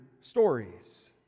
stories